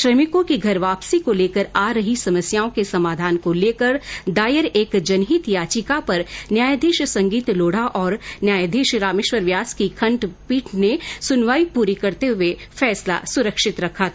श्रमिकों की घर वापसी को लेकर आ रही समस्याओं के समाधान को लेकर दायर एक जनहित याचिका पर न्यायाधीश संगीत लोढा और न्यायाधीश रामेश्वर व्यास की खंडपीठ ने सुनवाई पूरी करते हुए फैसला सुरक्षित रखा था